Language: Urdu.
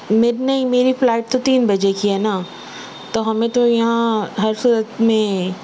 میری نہیں میری فلائٹ تو تین بجے کی ہے نا تو ہمیں تو یہاں ہر صورت میں